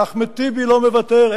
ואחמד טיבי לא מוותר,